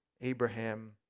Abraham